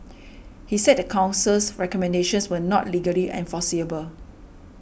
he said the Council's recommendations were not legally enforceable